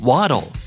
Waddle